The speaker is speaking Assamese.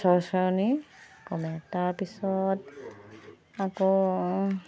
চৰচৰণি কমে তাৰ পিছত আকৌ